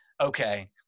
okay